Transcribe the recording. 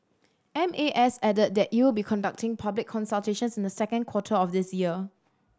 M A S added that it will be conducting public consultations in the second quarter of this year